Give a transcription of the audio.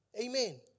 Amen